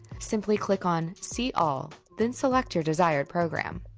simply click on see all then select your desired program